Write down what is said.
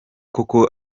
koko